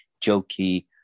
jokey